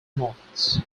moines